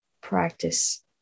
practice